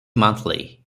monthly